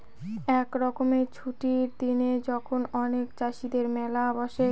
এক রকমের ছুটির দিনে যখন অনেক চাষীদের মেলা বসে